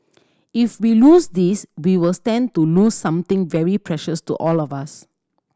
if we lose this we will stand to lose something very precious to all of us